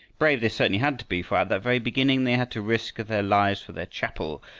brave they certainly had to be, for at the very beginning they had to risk their lives for their chapel.